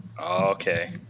Okay